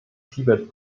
tibet